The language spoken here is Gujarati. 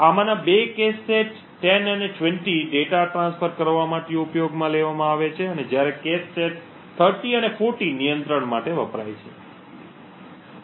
આમાંના બે cache સેટ 10 અને 20 ડેટા ટ્રાન્સફર કરવા માટે ઉપયોગમાં લેવાય છે જ્યારે cache સેટ 30 અને 40 નિયંત્રણ માટે વપરાય છે